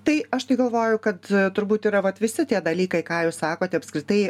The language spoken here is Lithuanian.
tai aš tai galvoju kad turbūt yra vat visi tie dalykai ką jūs sakote apskritai